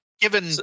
given